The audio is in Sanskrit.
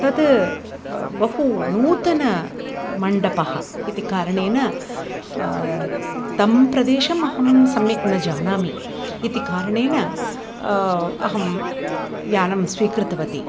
तत् बहु नूतन मण्डपः इति कारणेन तं प्रदेशम् अहं सम्यक् न जानामि इति कारणेन अहं यानं स्वीकृतवती